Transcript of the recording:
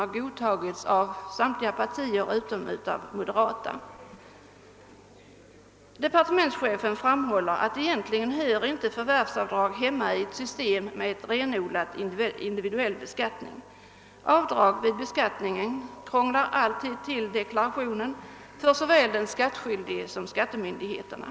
har godtagits av samtliga partier utom de moderata. Departementschefen har framhållit att förvärvsavdrag egentligen inte hör hemma i ett system med renodlat individuell beskattning. Avdrag vid beskattningen krånglar till deklarationen för såväl den skattskyldige som skattemyndigheterna.